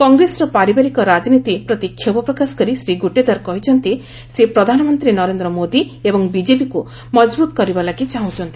କଂଗ୍ସର ପାରିବାରିକ ରାଜନୀତି ପ୍ରତି କ୍ଷୋଭ ପ୍ରକାଶ କରି ଶ୍ରୀ ଗୁଟେଦାର କହିଛନ୍ତି ସେ ପ୍ରଧାନମନ୍ତ୍ରୀ ନରେନ୍ଦ୍ର ମୋଦି ଏବଂ ବିଜେପିକୁ ମଜବୃତ କରିବା ଲାଗି ଚାହୁଁଚ୍ଚନ୍ତି